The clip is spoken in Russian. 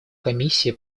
комиссии